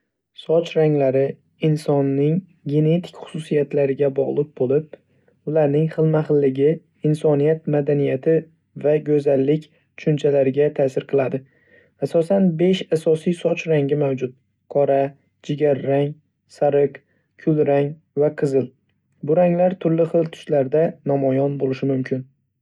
Soch ranglari insonning genetik xususiyatlariga bog‘liq bo‘lib, ularning xilma-xilligi insoniyat madaniyati va go‘zallik tushunchalariga ta'sir qiladi. Asosan besh asosiy soch rangi mavjud: qora, jigar rang, sariq, kulrang va qizil. Bu ranglar turli xil tuslarda namoyon bo‘lishi mumkin.